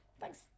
thanks